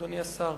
אדוני השר,